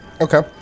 Okay